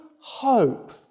hope